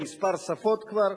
בכמה שפות כבר.